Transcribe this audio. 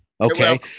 Okay